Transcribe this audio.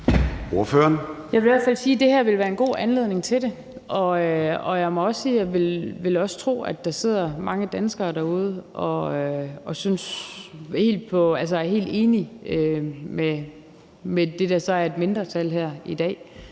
Jeg vil i hvert fald sige, at det her ville være en god anledning til det. Jeg må også sige, at jeg vil tro, der sidder mange danskere derude og er helt enige med det, der så er et mindretal her i dag,